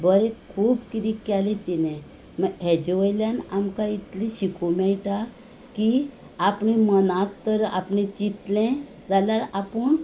बरें खूब कितें केलें तिणें मागीर हाजे वयल्यान आमकां इतलें शिकूंक मेळटा की आपल्या मनाक तर आपणें चिंतलें जाल्यार आपूण